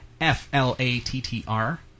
F-L-A-T-T-R